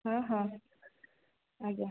ହଁ ହଁ ଆଜ୍ଞା